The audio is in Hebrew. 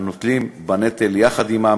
הנושאים בנטל יחד עמם,